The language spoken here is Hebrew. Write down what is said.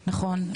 נכון,